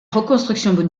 reconstruction